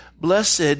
blessed